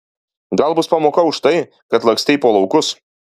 gal bus pamoka už tai kad lakstei po laukus